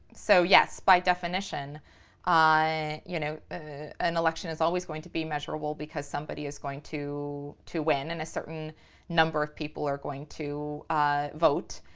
so yes, by definition you know an election is always going to be measurable because somebody is going to to win and a certain number of people are going to vote.